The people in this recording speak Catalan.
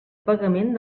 pagament